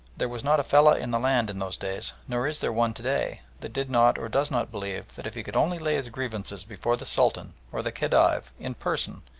there was not a fellah in the land in those days, nor is there one to-day, that did not or does not believe that if he could only lay his grievances before the sultan or the khedive in person,